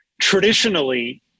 Traditionally